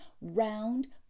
round